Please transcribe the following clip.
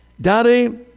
Daddy